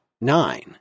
nine